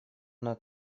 она